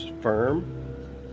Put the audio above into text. firm